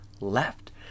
left